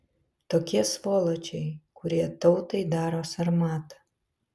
tokie svoločiai kurie tautai daro sarmatą